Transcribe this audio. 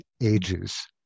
ages